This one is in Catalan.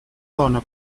dona